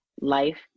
life